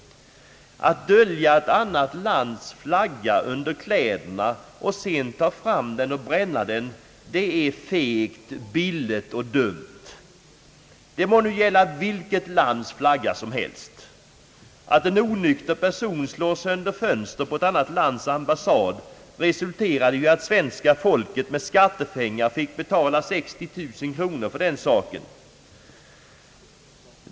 Att dölja ett annat lands flagga under kläderna och sedan ta fram den och bränna den är fegt, billigt och dumt. Det må nu gälla vilket lands flagga som helst. Att en onykter person slog sönder fönster på ett annat lands ambassad resulterade i att svenska folket med skattepengar fick betala 60 000 kronor.